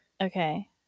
Okay